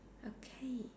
okay